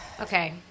Okay